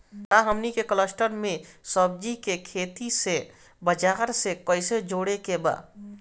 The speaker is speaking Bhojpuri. का हमनी के कलस्टर में सब्जी के खेती से बाजार से कैसे जोड़ें के बा?